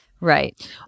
Right